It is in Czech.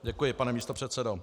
Děkuji, pane místopředsedo.